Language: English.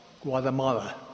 Guatemala